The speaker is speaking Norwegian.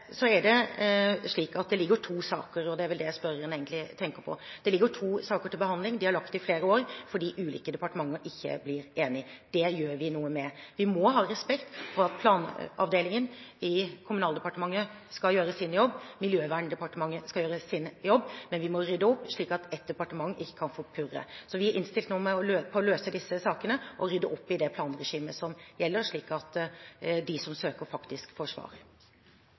Så er det slik at det ligger to saker til behandling, og det er vel det spørreren egentlig tenker på. De har ligget i flere år fordi ulike departementer ikke er blitt enige. Det gjør vi noe med. Vi må ha respekt for at planavdelingen i Kommunaldepartementet skal gjøre sin jobb og at Miljøverndepartementet skal gjøre sin jobb, men vi må rydde opp slik at ett departement ikke kan forpurre saken. Vi er nå innstilt på å løse disse sakene og rydde opp i det planregimet som gjelder, slik at de som søker, faktisk får svar.